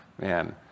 man